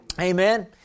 Amen